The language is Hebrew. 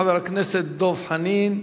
חבר הכנסת דב חנין,